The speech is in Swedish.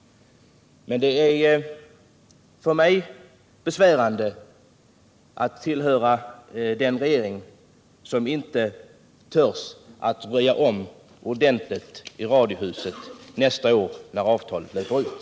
Det är för mig besvärande såsom tillhörande ett av regeringspartierna att regeringen inte törs röja om ordentligt i radiohuset nästa år när avtalet löper ut.